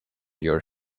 your